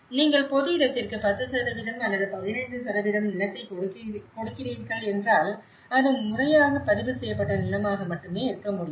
நீங்கள் பொது இடத்திற்கு 10 அல்லது 15 நிலத்தை கொடுக்கிறீர்கள் என்றால் அது முறையாக பதிவு செய்யப்பட்ட நிலமாக மட்டுமே இருக்க முடியும்